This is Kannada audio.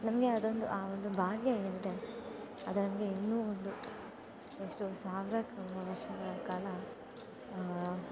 ನಮಗೆ ಅದೊಂದು ಆ ಒಂದು ಬಾಲ್ಯ ಏನಿದೆ ಅದರಲ್ಲಿ ಇನ್ನೂ ಒಂದು ಎಷ್ಟು ಸಾವಿರ ವರ್ಷಗಳ ಕಾಲ